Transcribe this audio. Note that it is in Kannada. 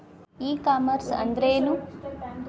ಇ ಕಾಮರ್ಸ್ ಅಂದ್ರೇನು?